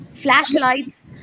flashlights